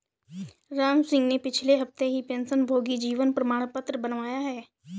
रामसिंह ने पिछले हफ्ते ही पेंशनभोगी जीवन प्रमाण पत्र बनवाया है